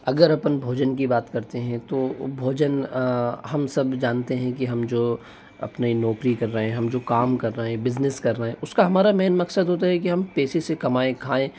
अगर अपन भोजन की बात करते हैं तो भोजन हम सब जानते हैं कि हम जो अपने नौकरी कर रहे हैं हम जो काम कर रहे हैं बिज़नेस कर रहे उसका हमारा मैन मक़्सद होता है कि हम पैसे से कमाएँ खाएँ